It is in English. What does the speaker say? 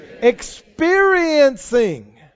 Experiencing